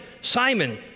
Simon